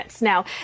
Now